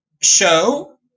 show